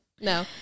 no